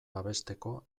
babesteko